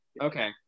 okay